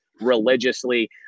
religiously